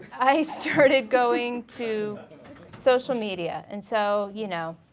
i started going to social media. and so you know,